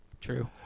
true